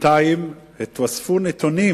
ובינתיים התווספו נתונים